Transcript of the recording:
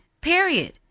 period